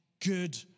good